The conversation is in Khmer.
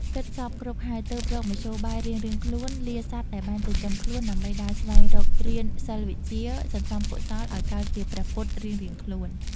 គិតសព្វគ្រប់ហើយ ទើបរកមធ្យោបាយរៀងៗខ្លួន លាសត្វដែលបានចិញ្ចឹមខ្លួន ដើម្បីដើរស្វែងរករៀនសិល្បវិជ្ជា សន្សំកុសលអោយកើតជាព្រះពុទ្ធ រៀងៗខ្លួន ។